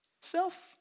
self